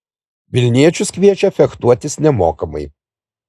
vilniečius kviečia fechtuotis nemokamai